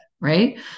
right